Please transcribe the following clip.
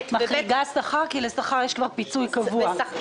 את מחריגה שכר כי לשכר יש כבר פיצוי קבוע.